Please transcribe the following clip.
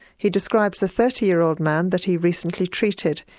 he describes a thirty year old man that he recently treated.